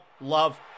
love